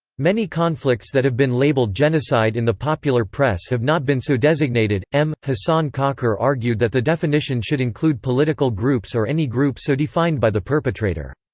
many conflicts that have been labeled genocide in the popular press have not been so designated m. hassan kakar argued that the definition should include political groups or any group so defined by the perpetrator.